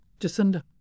Jacinda